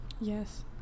Yes